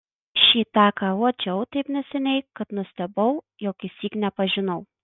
šį tą ką uodžiau taip neseniai kad nustebau jog išsyk nepažinau